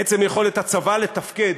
עצם יכולת הצבא לתפקד,